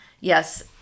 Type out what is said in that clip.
Yes